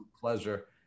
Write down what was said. pleasure